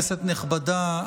כנסת נכבדה,